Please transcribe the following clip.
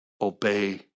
obey